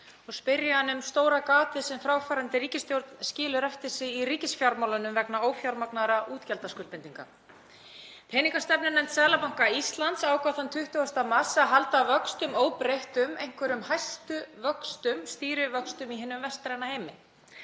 og spyrja hann um stóra gatið sem fráfarandi ríkisstjórn skilur eftir sig í ríkisfjármálunum vegna ófjármagnaða útgjaldaskuldbindinga. Peningastefnunefnd Seðlabanka Íslands ákvað þann 20. mars að halda vöxtum óbreyttum, einhverjum hæstu vöxtum, stýrivöxtum, í hinum vestræna heimi.